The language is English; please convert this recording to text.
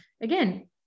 again